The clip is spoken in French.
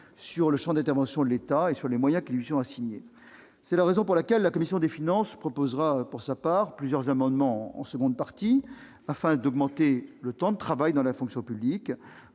du champ d'intervention de l'État et des moyens qui lui sont assignés. C'est la raison pour laquelle la commission des finances proposera plusieurs amendements en seconde partie, afin notamment d'augmenter le temps de travail dans la fonction publique